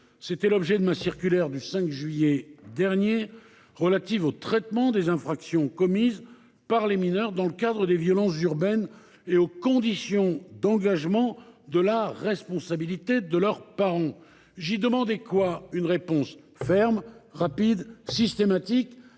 d’ailleurs de ma circulaire du 5 juillet 2023 relative au traitement des infractions commises par les mineurs dans le cadre des violences urbaines et aux conditions d’engagement de la responsabilité de leurs parents. J’y demandais « une réponse ferme, rapide et systématique